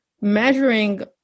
measuring